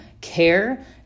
care